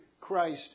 Christ